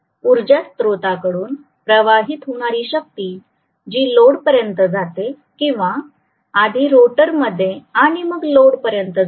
ऊर्जा स्रोताकडून प्रवाहित होणारी शक्ती जी लोड पर्यंत जाते किंवा आधी मोटर मध्ये आणि मग लोड पर्यंत जाते